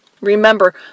Remember